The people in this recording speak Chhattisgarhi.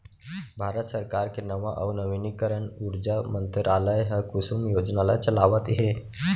भारत सरकार के नवा अउ नवीनीकरन उरजा मंतरालय ह कुसुम योजना ल चलावत हे